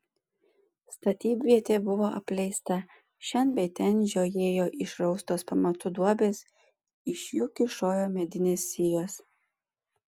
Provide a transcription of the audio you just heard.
statybvietė buvo apleista šen bei ten žiojėjo išraustos pamatų duobės iš jų kyšojo medinės sijos